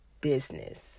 business